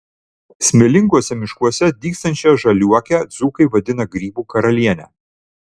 smėlinguose miškuose dygstančią žaliuokę dzūkai vadina grybų karaliene